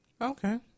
Okay